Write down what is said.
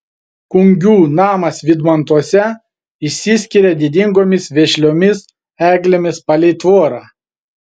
kungių namas vydmantuose išsiskiria didingomis vešliomis eglėmis palei tvorą